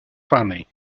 funny